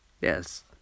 yes